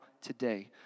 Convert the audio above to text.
today